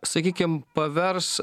sakykim pavers